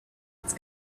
its